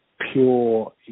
pure